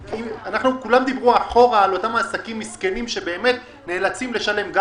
כולם דיברו אחורה על אותם עסקים מסכנים שנאלצים לשלם גם